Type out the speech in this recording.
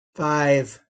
five